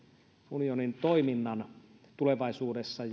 unionin toiminnan tulevaisuudessa